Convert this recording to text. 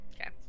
okay